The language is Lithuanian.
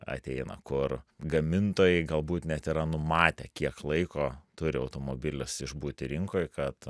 ateina kur gamintojai galbūt net yra numatę kiek laiko turi automobilis išbūti rinkoj kad